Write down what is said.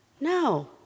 No